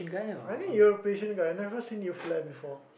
I think your patience but I never seen you fly before